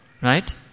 Right